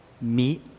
meet